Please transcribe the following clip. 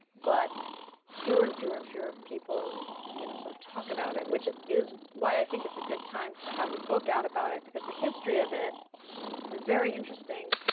but fewer and fewer and fewer people you know sort of talk about it which is why i think it's a good time to have a book out about it, because the history of it is very interesting.